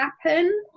happen